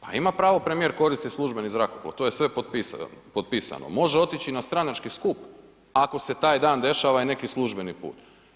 Pa ima pravo premijer koristit službeni zrakoplov, to je sve potpisano, može otići i na stranački skup ako se taj dan dešava i neki službeni put.